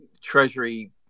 treasury